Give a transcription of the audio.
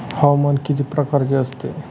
हवामान किती प्रकारचे असतात?